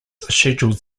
scheduled